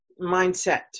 mindset